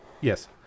yes